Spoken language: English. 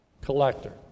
collector